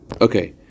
Okay